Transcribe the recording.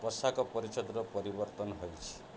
ପୋଷାକ ପରିଚ୍ଛଦର ପରିବର୍ତ୍ତନ ହୋଇଛି